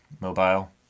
mobile